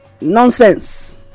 nonsense